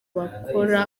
bakora